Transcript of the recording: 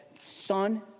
son